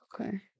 Okay